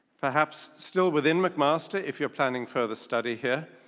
perhaps still within mcmaster if you're planning further study here,